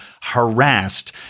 harassed